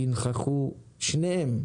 ינכחו שניהם,